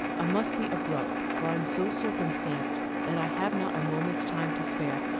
i must be abrupt for i am so circumstanced, that i have not a moment's time to spare.